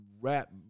rap